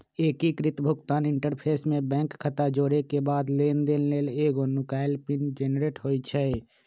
एकीकृत भुगतान इंटरफ़ेस में बैंक खता जोरेके बाद लेनदेन लेल एगो नुकाएल पिन जनरेट होइ छइ